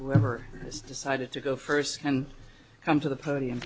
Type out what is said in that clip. whoever has decided to go first and come to the podium